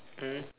mm